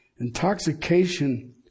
Intoxication